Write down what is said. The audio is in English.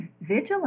vigilant